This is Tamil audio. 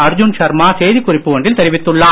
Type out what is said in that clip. அர்ஜுன் ஷர்மா செய்தி குறிப்பு ஒன்றில் தெரிவித்துள்ளார்